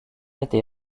été